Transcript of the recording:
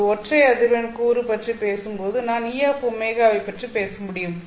ஒரு ஒற்றை அதிர்வெண் கூறு பற்றி பேசும் நான் Eω வை பற்றி பேச முடியும்